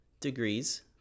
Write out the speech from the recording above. degrees